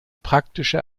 praktische